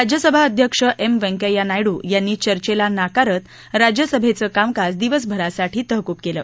राज्यसभा अध्यक्ष एम व्यंकय्या नायडू यांनी चर्चेला नाकारत राज्यसभेचं कामकाज दिवसभरासाठी तहकुब केलं